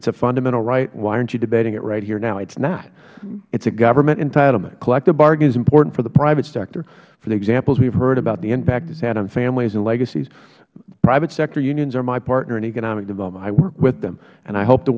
is a fundamental right why arent you debating it right here now it is not it is a government entitlement collective bargaining is important for the private sector for the examples we have heard about the impact it has had on families and legacies private sector unions are my partner in economic development i work with them and i hope to